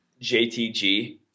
JTG